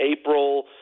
April –